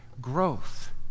growth